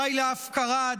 די להפקרה,